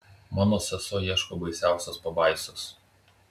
mano sesuo ieško baisiausios pabaisos